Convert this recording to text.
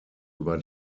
über